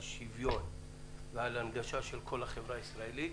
על שוויון ועל הנגשת כל החברה הישראלית,